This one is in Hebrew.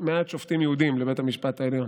מעט שופטים יהודים לבית המשפט העליון.